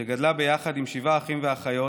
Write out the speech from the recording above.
והיא גדלה ביחד עם שבעה אחים ואחיות